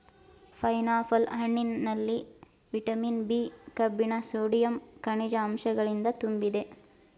pineapple ಹಣ್ಣಿನಲ್ಲಿ vitamin B, ಕಬ್ಬಿಣ sodium, ಕನಿಜ ಅಂಶಗಳಿಂದ ತುಂಬಿದೆ